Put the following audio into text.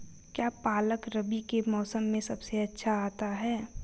क्या पालक रबी के मौसम में सबसे अच्छा आता है?